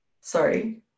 sorry